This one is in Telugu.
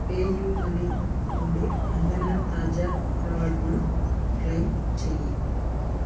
పే యూ మనీ నుండి అందిన తాజా రివార్డును క్లెయిమ్ చేయి